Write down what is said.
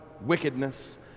wickedness